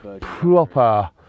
Proper